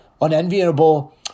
unenviable